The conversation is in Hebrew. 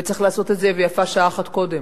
וצריך לעשות את זה, ויפה שעה אחת קודם.